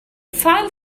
file